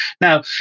Now